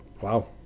Wow